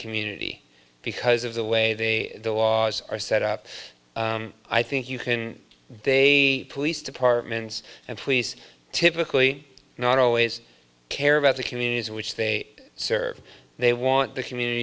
community because of the way the laws are set up i think you can they police departments and police typically not always care about the communities which they serve they want the communit